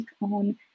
on